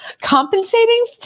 compensating